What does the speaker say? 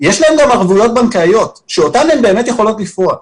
יש להן גם ערבויות בנקאיות ואותן הן יכולות לפרוע.